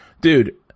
dude